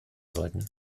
sollten